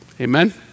Amen